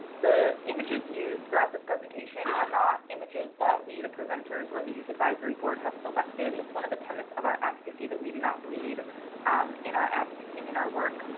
the images used throughout this presentation are not images that we, the presenters, or the youth advisory board have selected. it's one of the tenets of our advocacy that we do not bleed in our advocacy and in our work.